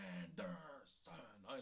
Anderson